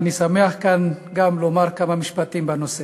ואני שמח לומר כמה משפטים בנושא.